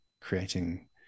creating